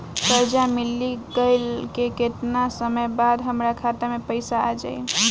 कर्जा मिल गईला के केतना समय बाद हमरा खाता मे पैसा आ जायी?